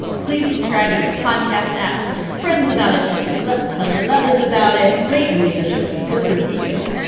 please subscribe in your podcast app. tell your friends about it tenure to tell your lovers about it. right, and leave the show a good review.